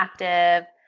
active